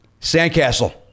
Sandcastle